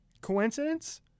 Coincidence